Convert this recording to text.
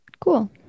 Cool